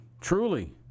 Truly